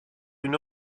une